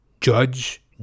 Judge